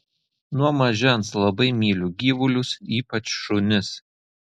nuo mažens labai myliu gyvulius ypač šunis